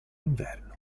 inverno